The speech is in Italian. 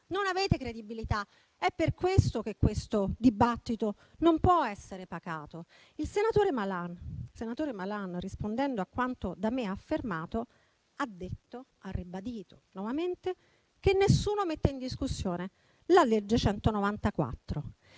Non avete credibilità. È per questo che questo dibattito non può essere pacato. Il senatore Malan, rispondendo a quanto da me affermato, ha ribadito nuovamente che nessuno mette in discussione la legge n.